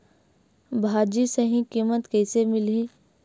भाजी सही कीमत कइसे मिलही?